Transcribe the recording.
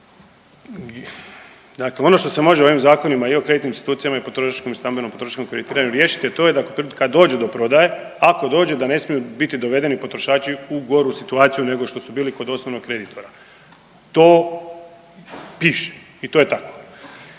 Dakle, ono što može ovim zakonima i o kreditnim institucijama i o potrošačkom i stambeno potrošačkom kreditiranju riješiti, a to je kad dođe do prodaje, ako dođe da ne smiju biti dovedeni potrošači u goru situaciju nego što su bili kod osnovnog kreditora. To piše i to je tako.